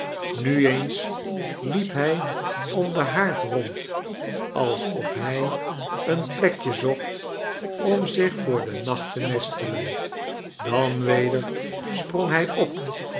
nu eens liep liij om den haard rond alsof hij een plekje zooht om zich voor den naclit te nestelen dan weder sprang hij op